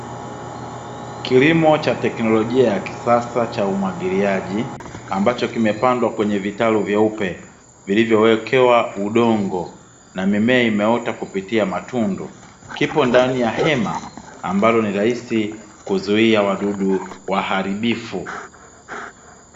Kilimo cha teknolojia ya kisasa cha umwagiliaji, ambacho kimepandwa kwenye vitalu vyeupe, vilivyowekewa udongo na mimea imeota kupitia matundu kipo ndani ya hema ambalo ni rahisi kuzuia wadudu waharibifu.